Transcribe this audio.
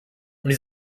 und